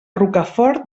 rocafort